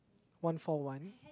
one for one